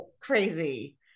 crazy